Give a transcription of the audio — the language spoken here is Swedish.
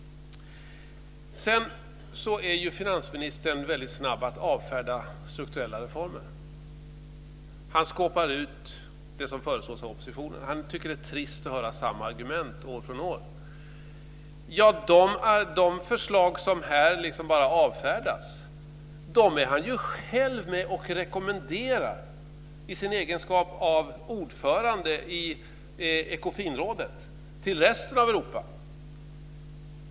Sedan är finansministern snabb att avfärda strukturella reformer. Han skåpar ut det som föreslås av oppositionen. Han tycker att det är trist att höra samma argument år från år. De förslag som här liksom bara avfärdas är han själv med och rekommenderar, i sin egenskap av ordförande i Ekofinrådet, till resten av Europa.